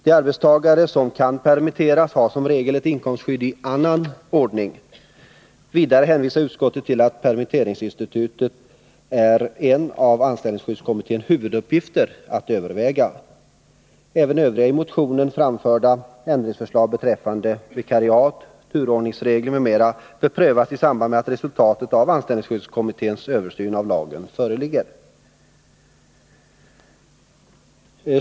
De arbetstagare som kan permitteras har som regel ett annat inkomstskydd. Vidare hänvisar utskottet till att permitteringsinstitutet är en av anställningskommitténs huvuduppgifter att överväga. Även övriga i motionen framförda ändringsförslag, beträffande vikariat, turordningsregler m.m., bör prövas i samband med att resultatet av anställningsskyddskommitténs översyn av lagen föreligger.